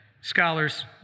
scholars